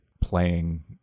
playing